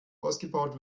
ausgebaut